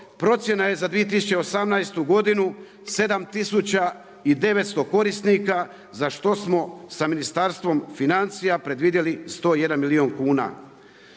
Procjena je za 2018. godinu 7 tisuća 900 korisnika za što smo sa Ministarstvom financija predvidjeli 101 milijun kuna.